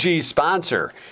sponsor